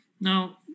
Now